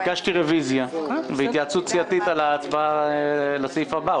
ביקשתי רוויזיה והתייעצות סיעתית על ההצבעה לסעיף הבא,